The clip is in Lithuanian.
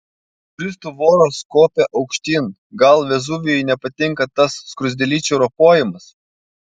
turistų voros kopia aukštyn gal vezuvijui nepatinka tas skruzdėlyčių ropojimas